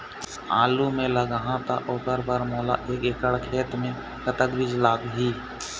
आलू मे लगाहा त ओकर बर मोला एक एकड़ खेत मे कतक बीज लाग ही?